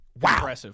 wow